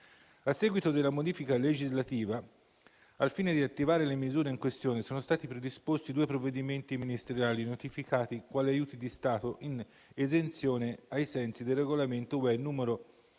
A seguito della modifica legislativa, al fine di riattivare le misure in questione, sono stati predisposti due provvedimenti ministeriali notificati quali aiuti di Stato in esenzione, ai sensi del Regolamento UE 2022/2473.